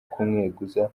kumweguza